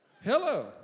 Hello